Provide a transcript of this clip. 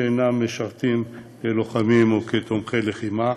שאינם משרתים כלוחמים או כתומכי לחימה,